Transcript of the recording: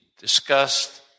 discussed